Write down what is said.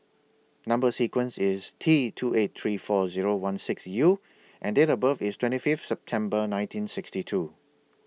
Number sequence IS T two eight three four Zero one six U and Date of birth IS twenty five September nineteen sixty two